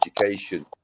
education